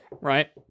right